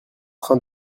train